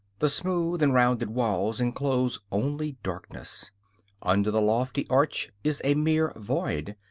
the smooth and rounded walls enclose only darkness under the lofty arch is a mere void.